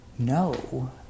No